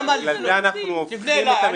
תפנה אליי,